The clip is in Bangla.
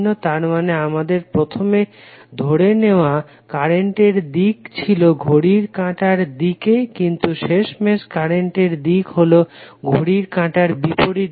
তারমানে আমাদের প্রথমে ধরে নেওয়া কারেন্টের দিক ছিলো ঘড়ির কাঁটার দিকে কিন্তু শেষমেশ কারেন্টের দিক হলো ঘড়ির কাঁটার বিপরীত দিকে